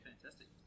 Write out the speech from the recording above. fantastic